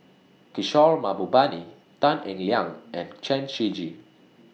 Kishore Mahbubani Tan Eng Liang and Chen Shiji